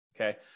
Okay